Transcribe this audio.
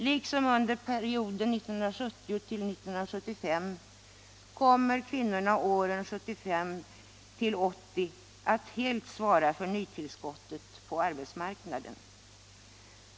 Liksom under perioden 1970-1975 kommer kvinnorna åren 1975-1980 att helt svara för nytillskottet på arbetsmarknaden.